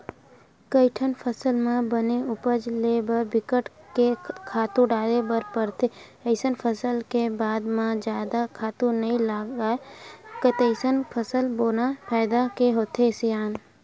कइठन फसल म बने उपज ले बर बिकट के खातू डारे बर परथे अइसन फसल के बाद म जादा खातू नइ लागय तइसन फसल बोना फायदा के होथे सियान